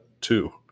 two